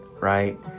right